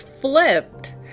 flipped